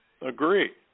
agree